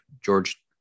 George